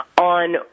on